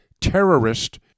terrorist